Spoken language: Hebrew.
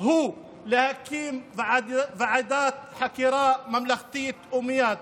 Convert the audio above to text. היא להקים ועדת חקירה ממלכתית ומייד.